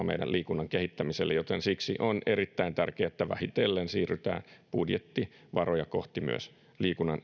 meidän liikunnan kehittämiselle joten siksi on erittäin tärkeää että vähitellen siirrytään budjettivaroja kohti myös liikunnan